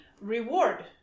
reward